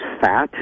fat